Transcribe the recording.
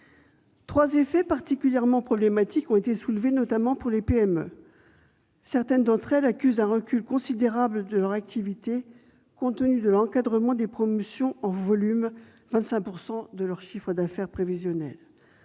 Trois effets particulièrement problématiques, notamment pour les PME, ont été soulevés : tout d'abord, certaines d'entre elles accusent un recul considérable de leur activité compte tenu de l'encadrement des promotions en volume- 25 % de leur chiffre d'affaires prévisionnel